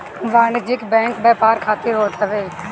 वाणिज्यिक बैंक व्यापार खातिर होत हवे